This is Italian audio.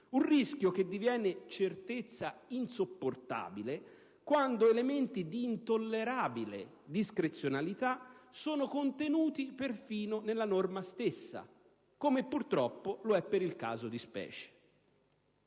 Un rischio che diviene certezza insopportabile quando elementi di intollerabile discrezionalità sono contenuti perfino nella norma stessa, come purtroppo è per il caso di specie.